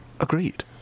Agreed